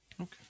Okay